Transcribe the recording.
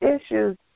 issues